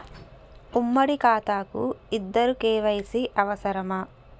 ఉమ్మడి ఖాతా కు ఇద్దరు కే.వై.సీ అవసరమా?